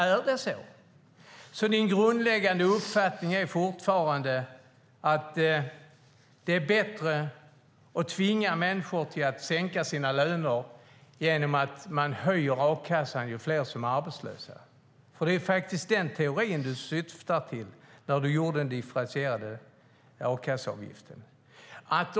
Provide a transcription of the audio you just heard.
Är det så? Är din grundläggande uppfattning fortfarande att det är bättre att tvinga människor att sänka sina löner genom att man höjer a-kasseavgiften ju fler som är arbetslösa? Det är faktiskt den teorin du syftade på när du differentierade a-kasseavgiften.